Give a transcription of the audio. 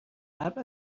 قبل